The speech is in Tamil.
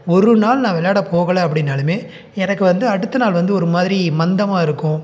ஒரு நாள் நான் விளையாட போகலை அப்படின்னாலுமே எனக்கு வந்து அடுத்தநாள் வந்து ஒரு மாதிரி மந்தமாக இருக்கும்